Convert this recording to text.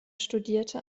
studierte